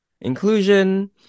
inclusion